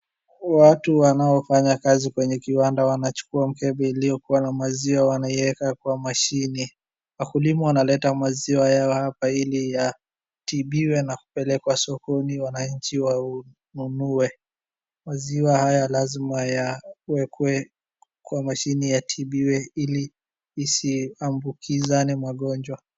Watu wanaofanya kazi kwenye kiwanda wanachukua mkebe iliyokua na maziwa wanaieka kwa mashini. Wakulima wanaleta maziwa yao apa ili yatibiwe na kupelekwa sokoni wananchi wanunue. Maziwa haya lazima yawekwe kwa mashini yatibiwe ili isiambukizane magonjwa.